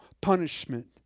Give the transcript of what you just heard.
punishment